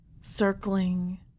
circling